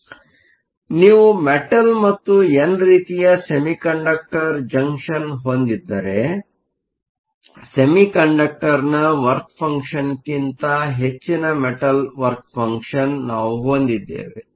ಆದ್ದರಿಂದ ನೀವು ಮೆಟಲ್Metal ಮತ್ತು ಎನ್ ರೀತಿಯ ಸೆಮಿಕಂಡಕ್ಟರ್ ಜಂಕ್ಷನ್ ಹೊಂದಿದ್ದರೆ ಸೆಮಿಕಂಡಕ್ಟರ್ನ ವರ್ಕ ಫಂಕ್ಷನ್Work functionಕ್ಕಿಂತ ಹೆಚ್ಚಿನ ಮೆಟಲ್ ವರ್ಕ ಫಂಕ್ಷನ್Metal Work function ನಾವು ಹೊಂದಿದ್ದೇವೆ